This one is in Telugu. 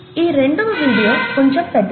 ఈ రెండవ వీడియో కొంచెం పెద్దది